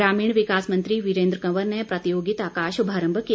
ग्रामीण विकास मंत्री वीरेन्द्र कंवर ने प्रतियोगिता का शुभारम्म किया